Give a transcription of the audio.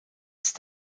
ist